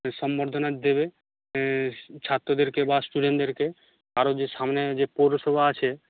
সংবর্ধনা দেবে ছাত্রদেরকে বা স্টুডেন্টদেরকে আরও যে সামনে যে পৌরসভা আছে